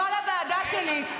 בוא לוועדה שלי,